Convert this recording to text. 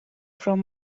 from